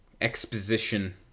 exposition